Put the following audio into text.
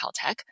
Caltech